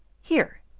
here,